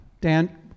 Dan